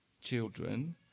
children